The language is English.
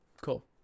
cool